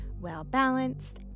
well-balanced